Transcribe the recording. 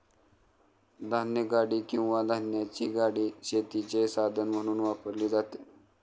धान्यगाडी किंवा धान्याची गाडी शेतीचे साधन म्हणून वापरली जाते